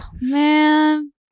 Man